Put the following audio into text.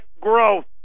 growth